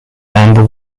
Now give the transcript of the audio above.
amber